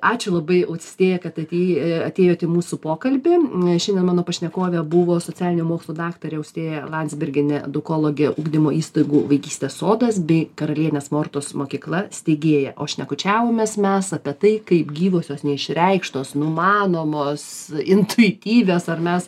ačiū labai austėja kad atėjai atėjot į mūsų pokalbį šiandien mano pašnekovė buvo socialinių mokslų daktarė austėja landsbergienė edukologė ugdymo įstaigų vaikystės sodas bei karalienės mortos mokykla steigėja o šnekučiavomės mes apie tai kaip gyvosios neišreikštos numanomos intuityvios ar mes